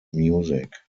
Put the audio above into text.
music